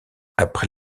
après